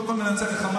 קודם כול ננצח את החמאס,